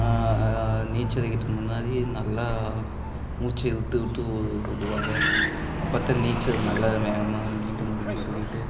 நீச்சல் அடிக்கிறத்துக்கு முன்னாடி நல்லா மூச்சை இழுத்து விட்டு உ விடுவாங்க அப்போத்தான் நீச்சல் நல்லா வேகமாக நீந்த முடியுன்னு சொல்லிட்டு